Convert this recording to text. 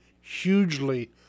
hugely